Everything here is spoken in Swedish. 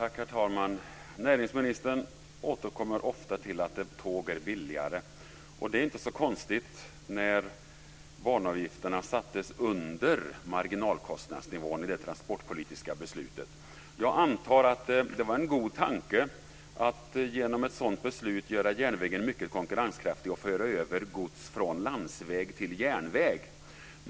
Herr talman! Näringsministern återkommer ofta till att tåg är billigare. Det är inte så konstigt, eftersom banavgifterna sattes under marginalkostnadsnivån i det transportpolitiska beslutet. Jag antar att det var en god tanke att genom ett sådant beslut göra järnvägen konkurrenskraftig och föra över gods från landsväg till järnväg.